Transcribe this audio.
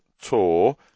tour